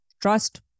trust